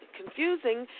confusing